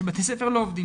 שבתי הספר לא עובדים,